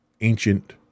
ancient